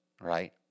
right